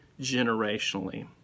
generationally